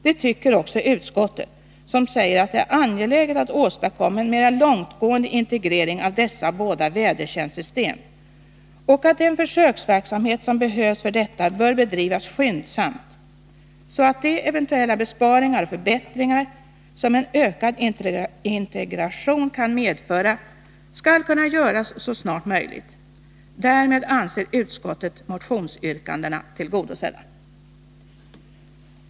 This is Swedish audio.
Det tycker också utskottet, som säger att det är angeläget att åstadkomma en mera långtgående integrering av dessa båda vädertjänstsystem och att den försöksverksamhet som behövs för detta bör bedrivas skyndsamt, så att de eventuella besparingar och förbättringar som en ökad integration kan medföra skall kunna göras så snart som möjligt. Därmed anser utskottet motionsyrkandena tillgodosedda.